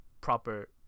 proper